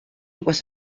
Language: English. was